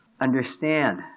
understand